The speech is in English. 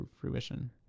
fruition